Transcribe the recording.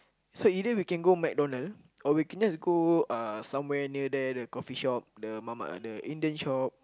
so either we can go McDonald's or we can just go uh somewhere near there the coffee shop the mamak ah the Indian shop